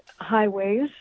highways